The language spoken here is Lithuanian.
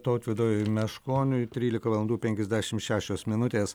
tautvydui meškoniui trylika valandų penkiasdešim šešios minutės